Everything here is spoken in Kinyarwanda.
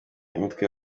imitwe